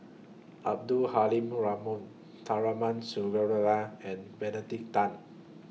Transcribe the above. Abdul Halim Tharman and Benedict Tan